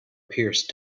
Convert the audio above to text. pierced